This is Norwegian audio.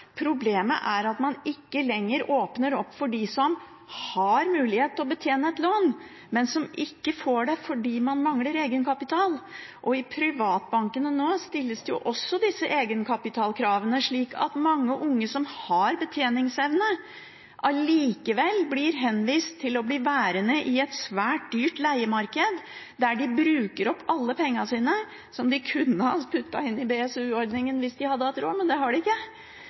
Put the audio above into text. problemet er at man ikke lenger åpner opp for dem som har mulighet til å betjene et lån, men som ikke får det fordi de mangler egenkapital. I privatbankene stilles jo nå også disse egenkapitalkravene, slik at mange unge som har betjeningsevne, allikevel blir henvist til å bli værende i et svært dyrt leiemarked, der de bruker opp pengene som de kunne ha puttet inn i BSU-ordningen hvis de hadde hatt råd til å begynne å spare seg opp egenkapital. Det